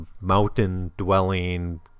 mountain-dwelling